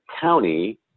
County